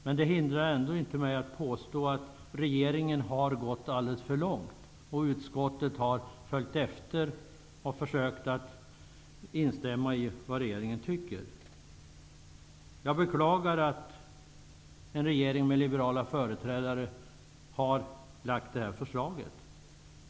Men det hindrar mig inte från att påstå att regeringen har gått alldeles för långt. Utskottet har följt efter och försökt instämma i vad regeringen tycker. Jag beklagar att en regering i vilken det finns liberala företrädare har lagt fram det här förslaget.